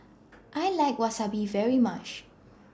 I like Wasabi very much